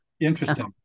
Interesting